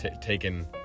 taken